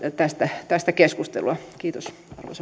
tästä tästä keskustelua kiitos